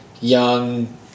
young